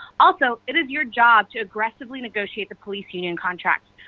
also, it is your job to aggressively negotiate the police union contracts.